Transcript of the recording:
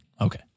Okay